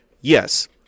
Yes